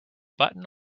button